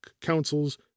councils